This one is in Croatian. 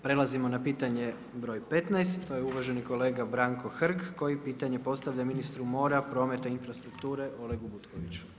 Prelazimo na pitanje broj 15, to je uvaženi kolega Branko Hrg koji pitanje postavlja ministru mora, prometa i infrastrukture Olegu Butkoviću.